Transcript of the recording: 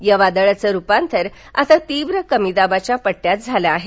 या वादळाचं रुपांतर आता तीव्र कमीदाबाच्या पट्टयात झालं आहे